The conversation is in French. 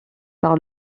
par